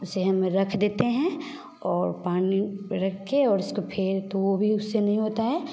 उसे हम रख देते हैं और पानी रख के और उसको फिर तो वो भी उससे नहीं होता है